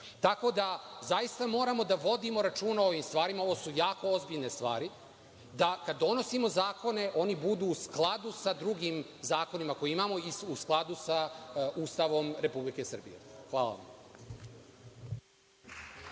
Tako da, zaista moramo da vodimo računa o ovim stvarima, ovo su jako ozbiljne stvari, da kada donosimo zakone, oni budu u skladu sa drugim zakonima koje imamo i u skladu sa Ustavom Republike Srbije. Hvala.